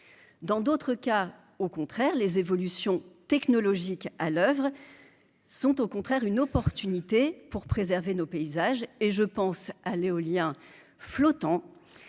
dans d'autres cas, au contraire, les évolutions technologiques à l'oeuvre sont au contraire une opportunité pour préserver nos paysages et je pense à l'éolien flottant